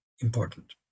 important